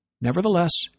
Nevertheless